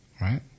right